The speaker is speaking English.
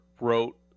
wrote